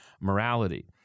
morality